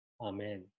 Amen